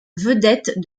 vedettes